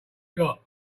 got